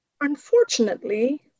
unfortunately